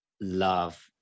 love